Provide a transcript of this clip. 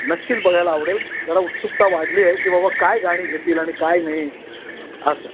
नक्कीच बघायला आवडेल जरा उत्सुकता वाढली आहे की बाबा काय गाणी घेतील आणि काय नाही असं